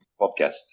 podcast